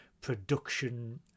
production